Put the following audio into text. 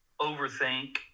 overthink